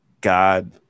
God